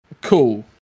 cool